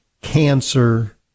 cancer